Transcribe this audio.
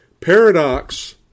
Paradox